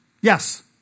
Yes